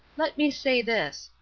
let me say this.